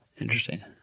Interesting